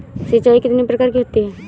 सिंचाई कितनी प्रकार की होती हैं?